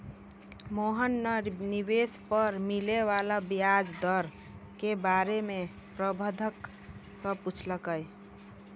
मोहन न निवेश पर मिले वाला व्याज दर के बारे म प्रबंधक स पूछलकै